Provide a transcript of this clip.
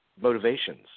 motivations